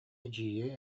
эдьиийэ